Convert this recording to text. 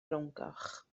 frowngoch